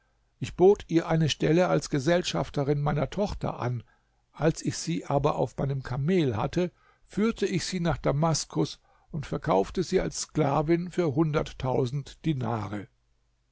ich bot ihr eine stelle als gesellschafterin meiner tochter an als ich sie aber auf meinem kamel hatte führte ich sie nach damaskus und verkaufte sie als sklavin für hunderttausend dinare